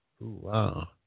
wow